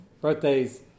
birthdays